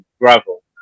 gravel